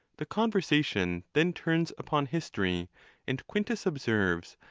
the conversation then turns upon history and quintus observes,